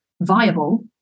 viable